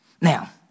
Now